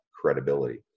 credibility